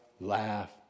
laugh